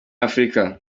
afurika